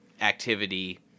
activity